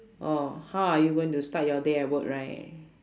oh how are you going to start your day at work right